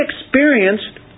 experienced